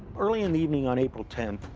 early in the evening on april ten,